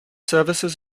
services